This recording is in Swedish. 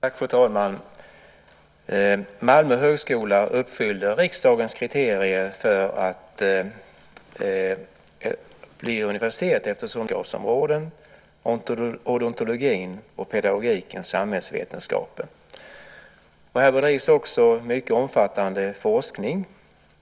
Fru talman! Malmö högskola uppfyller riksdagens kriterier för att bli universitet, eftersom det finns två klara vetenskapsområden, odontologin och pedagogiken, samhällsvetenskapen. Här bedrivs också mycket omfattande forskning.